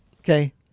Okay